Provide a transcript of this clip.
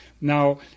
Now